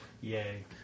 Yay